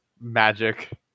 magic